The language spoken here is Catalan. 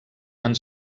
han